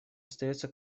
остается